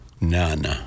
none